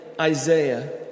Isaiah